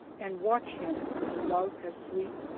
and watch him with a love as sweet,